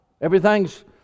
Everything's